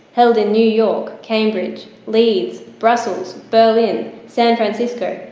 held in new york, cambridge, leeds, brussels, berlin, san francisco,